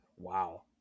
Wow